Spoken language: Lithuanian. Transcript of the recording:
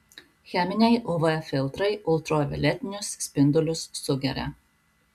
cheminiai uv filtrai ultravioletinius spindulius sugeria